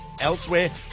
Elsewhere